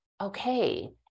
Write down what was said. okay